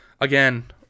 again